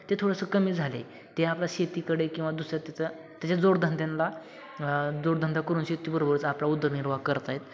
ते थोडंसं कमी झालं आहे ते आपलं शेतीकडे किंवा दुसऱ्या त्याचा त्याच्या जोडधंद्यांला जोडधंदा करून शेतीबरोबरच आपला उदरनिर्वाह करत आहेत